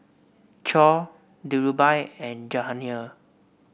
Choor Dhirubhai and Jahangir